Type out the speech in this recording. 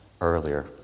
earlier